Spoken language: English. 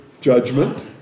judgment